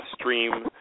stream